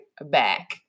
back